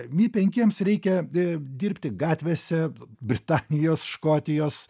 mi penkiems reikia dirbti gatvėse britanijos škotijos